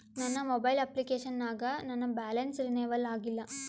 ನನ್ನ mobile application ನಾಗ ನನ್ ಬ್ಯಾಲೆನ್ಸ್ ರೀನೇವಲ್ ಆಗಿಲ್ಲ